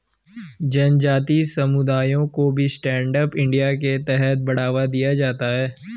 जनजाति समुदायों को भी स्टैण्ड अप इंडिया के तहत बढ़ावा दिया जाता है